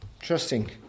Trusting